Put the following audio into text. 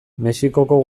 mexikoko